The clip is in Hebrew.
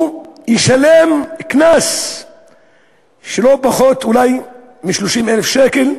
הוא ישלם קנס לא פחות אולי מ-30,000 שקל,